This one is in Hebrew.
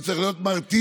הוא צריך להיות מרתיע.